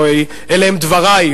אלה הם דברי.